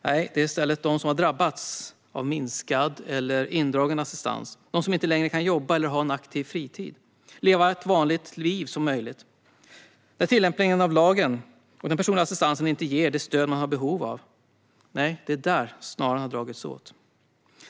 Det är i stället de som har drabbats av minskad eller indragen assistans. Det handlar om dem som inte längre kan jobba, ha en aktiv fritid och leva ett så vanligt liv som möjligt när tillämpningen av lagen och den personliga assistansen inte ger det stöd man har behov av. Det är där snaran har dragits åt.